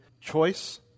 choice